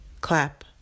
clap